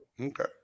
Okay